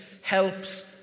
helps